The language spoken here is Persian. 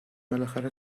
بالاخره